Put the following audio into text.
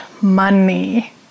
money